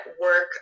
work